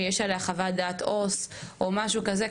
שיש עליה חוות דעת עו״ס או משהו כזה,